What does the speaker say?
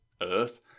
Earth